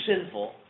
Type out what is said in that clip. sinful